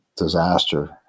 Disaster